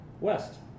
West